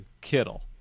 kittle